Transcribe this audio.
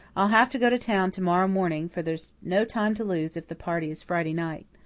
i'll have to go to town to-morrow morning, for there's no time to lose if the party is friday night.